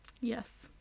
Yes